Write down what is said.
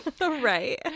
right